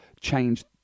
change